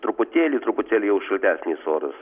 truputėlį truputėlį jau šiltesnis oras